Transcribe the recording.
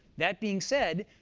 that being said,